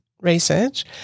research